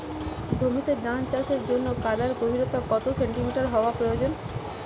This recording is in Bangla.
জমিতে ধান চাষের জন্য কাদার গভীরতা কত সেন্টিমিটার হওয়া প্রয়োজন?